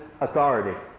authority